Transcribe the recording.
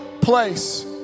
place